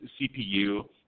CPU